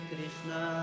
Krishna